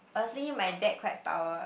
firstly my dad quite power